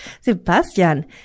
Sebastian